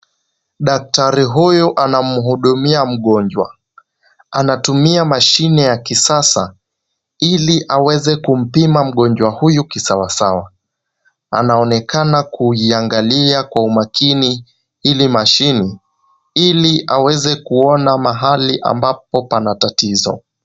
Daktari huyu anamhudumia mgonjwa. Anatumia mashine ya kisasa ili aweze kumpima mgonjwa huyu sawasawa. Anaonekana kuiangalia kwa umakini ile mashine ili aweze kuona mahali ambapo pana tatizo.